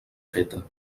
feta